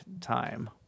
time